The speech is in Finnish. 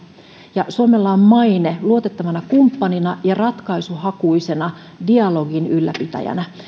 ja suomella on maine luotettavana kumppanina ja ratkaisuhakuisena dialogin ylläpitäjänä